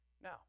now